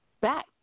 back